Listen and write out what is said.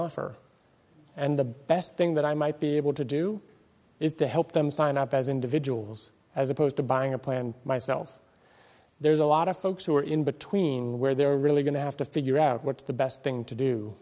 offer and the best thing that i might be able to do is to help them sign up as individuals as opposed to buying a plan myself there's a lot of folks who are in between where they're really going to have to figure out what's the best thing to